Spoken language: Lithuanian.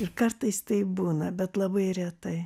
ir kartais taip būna bet labai retai